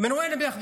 בכול הם כשלו.